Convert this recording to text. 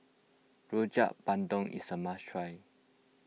Rojak Bandung is a must try